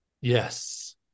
yes